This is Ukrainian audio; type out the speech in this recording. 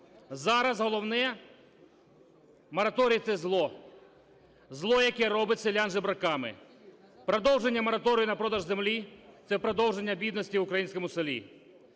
Зараз головне… Мораторій – це зло. Зло, яке робить селян жебраками. Продовження мораторію на продаж землі це – продовження бідності в українському селі.